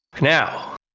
Now